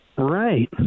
Right